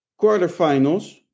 quarterfinals